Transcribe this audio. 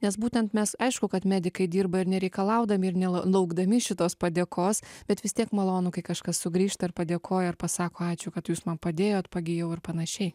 nes būtent mes aišku kad medikai dirba ir nereikalaudami ir nel laukdami šitos padėkos bet vis tiek malonu kai kažkas sugrįžta ir padėkoja ir pasako ačiū kad jūs man padėjot pagijau ir panašiai